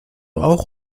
auch